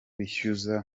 bishyuza